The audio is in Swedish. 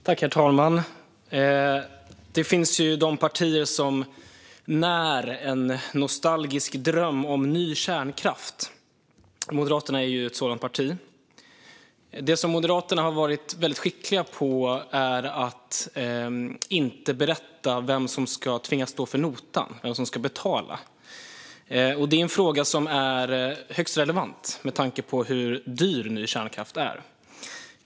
Herr talman! Det finns partier som när en nostalgisk dröm om ny kärnkraft. Moderaterna är ett sådant parti. Det som Moderaterna har varit väldigt skickliga på är att inte berätta vem som ska tvingas stå för notan, vem som ska få betala. Det är en fråga som är högst relevant, med tanke på hur dyr ny kärnkraft är.